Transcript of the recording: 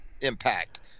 impact